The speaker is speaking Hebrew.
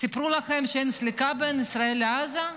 סיפרו לכם שאין סליקה בין ישראל לעזה?